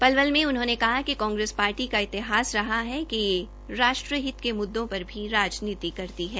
पलवल में उन्होंने कहा कि कांग्रेस पार्टी का इतिहास रहा है कि ये राष्ट्रहित के मुद्दों पर भी राजनीति करती है